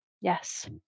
Yes